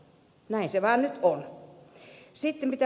näin se vaan nyt on